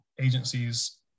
agencies